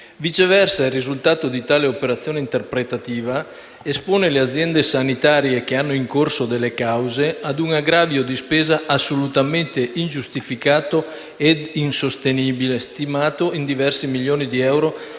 Viceversa, il risultato di tale operazione interpretativa espone le aziende sanitarie, che hanno in corso delle cause, ad un aggravio di spesa assolutamente ingiustificato e insostenibile, stimato in diversi milioni di euro